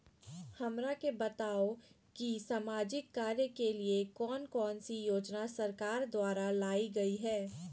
हमरा के बताओ कि सामाजिक कार्य के लिए कौन कौन सी योजना सरकार द्वारा लाई गई है?